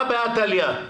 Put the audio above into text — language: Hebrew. הא בהא תליא.